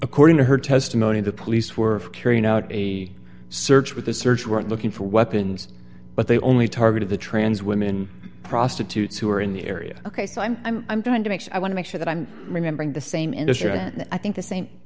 according to her testimony the police were carrying out a search with a search warrant looking for weapons but they only targeted the trans women prostitutes who were in the area ok so i'm i'm i'm trying to make sure i want to make sure that i'm remembering the same industry and i think the same